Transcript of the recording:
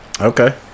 Okay